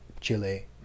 Chile